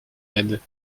aides